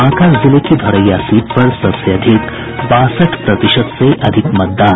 बांका जिले की धोरैया सीट पर सबसे अधिक बासठ प्रतिशत से अधिक मतदान